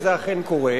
וזה אכן קורה.